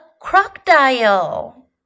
crocodile